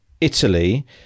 Italy